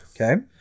Okay